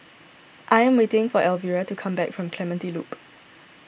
I am waiting for Elvira to come back from Clementi Loop